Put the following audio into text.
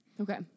Okay